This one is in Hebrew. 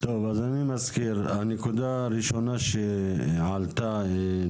גם אם הם לא חתמו על אישור